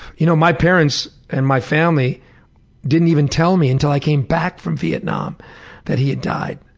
you know my parents and my family didn't even tell me until i came back from vietnam that he had died.